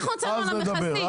אנחנו --- על המכסים.